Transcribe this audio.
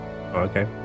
Okay